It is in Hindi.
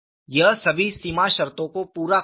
यह सभी सीमा शर्तों को पूरा करता है